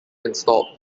installed